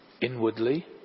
Inwardly